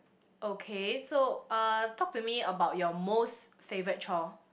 okay so uh talk to me about your most favourite chore